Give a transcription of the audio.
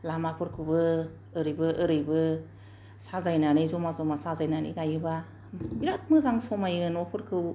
लामाफोरखौबो ओरैबो ओरैबो साजायनानै जमा जमा साजायनानै गायोब्ला बिराद मोजां समायो न'फोरखौ